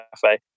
cafe